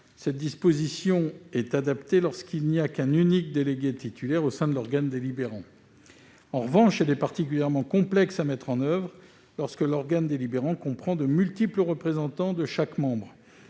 Cette disposition est adaptée lorsqu'il n'y a qu'un unique délégué titulaire au sein de l'organe délibérant. En revanche, elle est particulièrement complexe à mettre en oeuvre lorsque l'organe délibérant comprend de multiples représentants de chaque membre.